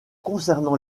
concernant